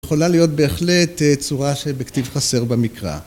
יכולה להיות בהחלט צורה שבכתיב חסר במקרא.